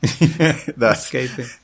Escaping